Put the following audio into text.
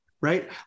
right